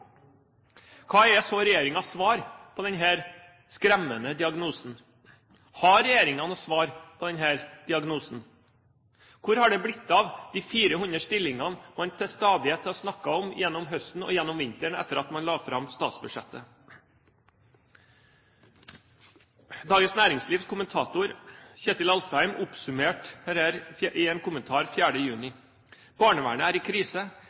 Hva er så regjeringens svar på denne skremmende diagnosen? Har regjeringen noe svar på denne diagnosen? Hvor har det blitt av de 400 stillingene man til stadighet har snakket om gjennom høsten og vinteren, etter at man la fram statsbudsjettet? Dagens Næringslivs kommentator Kjetil Alstadheim oppsummerte dette i en kommentar 4. juni: «Barnevernet er i krise.